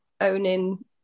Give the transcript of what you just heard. owning